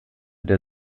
der